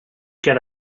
get